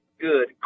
Good